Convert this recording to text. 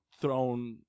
thrown